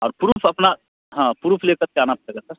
और प्रूफ़ अपना हाँ प्रूफ़ ले कर के आना पड़ेगा सर